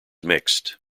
mixed